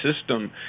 system